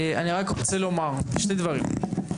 אני רק רוצה לומר שני דברים.